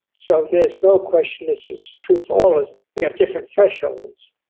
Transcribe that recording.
so there's no question, this is true for all of us, we have different thresholds.